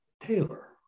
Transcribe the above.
Taylor